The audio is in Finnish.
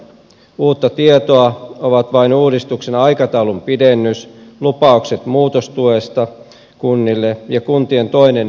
uutta tietoa ovat vain uudistuksen aikataulun pidennys lupaukset muutostuesta kunnille ja kuntien toinen kuulemiskierros